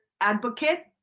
advocate